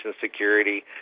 security